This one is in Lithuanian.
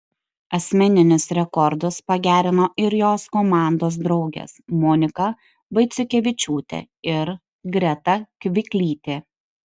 asmeninius rekordus pagerino ir jos komandos draugės monika vaiciukevičiūtė ir greta kviklytė